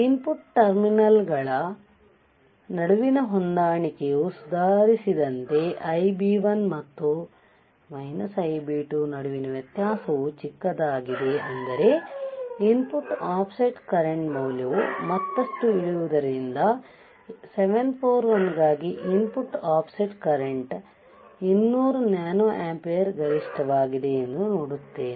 input ಟರ್ಮಿನಲ್ಗಳ ನಡುವಿನ ಹೊಂದಾಣಿಕೆಯು ಸುಧಾರಿಸಿದಂತೆ Ib1 ಮತ್ತು Ib2 ನಡುವಿನ ವ್ಯತ್ಯಾಸವು ಚಿಕ್ಕದಾಗಿದೆ ಅಂದರೆ ಇನ್ಪುಟ್ ಆಫ್ಸೆಟ್ ಕರೆಂಟ್ ಮೌಲ್ಯವು ಮತ್ತಷ್ಟು ಇಳಿಯುವುದರಿಂದ 741 ಗಾಗಿ input offset current 200 nano ampere ಗರಿಷ್ಠವಾಗಿದೆ ಎಂದು ನೋಡುತ್ತೇನೆ